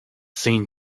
saint